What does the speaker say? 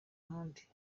ahandi